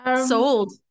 Sold